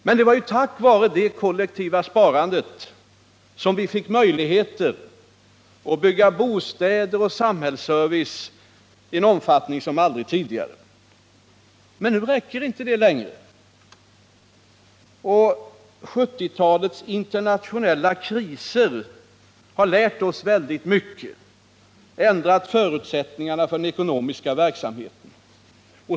Men det var ju tack vare det kollektiva sparandet som vi fick möjligheter att bygga bostäder och samhällsservice i en omfattning som aldrig tidigare. Nu räcker emellertid inte det sparandet längre. 1970-talets internationella kriser har lärt oss väldigt mycket och ändrat förutsättningarna för den ekonomiska verksamheten.